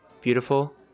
beautiful